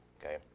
okay